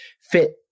fit